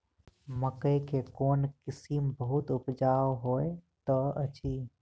मकई केँ कोण किसिम बहुत उपजाउ होए तऽ अछि?